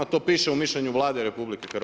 To piše u mišljenju Vlade RH.